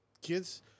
kids